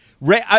Ray